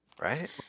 Right